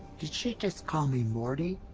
did she just call me morty?